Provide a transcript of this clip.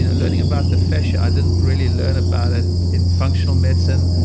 you know learning about the fascia, i didn't really learn about it in functional medicine.